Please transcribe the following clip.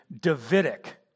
Davidic